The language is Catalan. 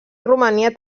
romania